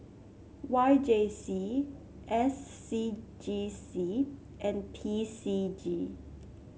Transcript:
Y J C S C G C and P C G